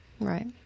Right